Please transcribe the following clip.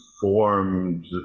formed